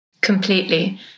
completely